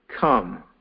come